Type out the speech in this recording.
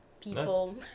people